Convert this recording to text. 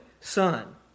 son